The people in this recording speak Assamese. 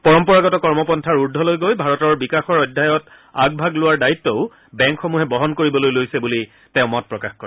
পৰম্পৰাগত কৰ্মপন্থৰ উৰ্ধলৈ উঠি ভাৰতৰ বিকাশৰ অধ্যায়ত আগভাগ লোৱাৰ দায়িত্বও বেংকসমূহে বহন কৰিবলৈ লৈছে বুলিও তেওঁ মত প্ৰকাশ কৰে